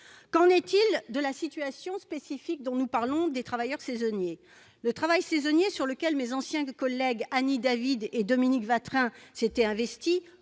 Qu'en est-il de la situation spécifique des travailleurs saisonniers ? Le travail saisonnier, sur lequel mes anciens collègues Annie David et Dominique Watrin s'étaient investis,